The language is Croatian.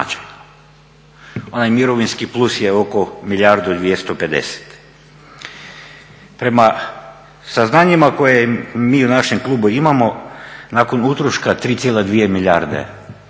Onaj mirovinski plus je oko milijardu i 250. Prema saznanjima koje mi u našem klubu imamo nakon utroška 3,2 milijarde